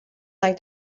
like